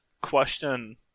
question